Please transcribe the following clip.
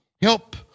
help